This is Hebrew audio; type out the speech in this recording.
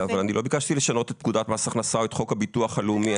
לא ביקשתי לשנות את פקודת מס הכנסה או את חוק הביטוח הלאומי.